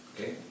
Okay